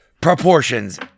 proportions